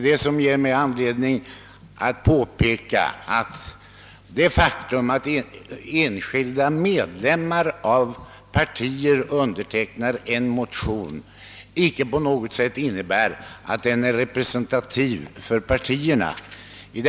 Det ger mig anledning påpeka att det faktum att enskilda medlemmar av partier undertecknar en motion inte på något sätt innebär att motionen blir representativ för partierna.